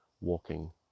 walking